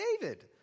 David